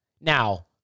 Now